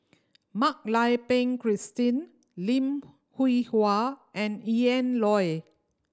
Mak Lai Peng Christine Lim Hwee Hua and Ian Loy